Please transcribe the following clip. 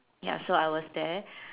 ya so I was there